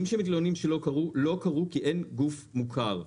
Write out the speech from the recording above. אלה משימות לגוף מוכר.